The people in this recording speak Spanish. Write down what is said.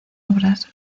obras